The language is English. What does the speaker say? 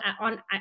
on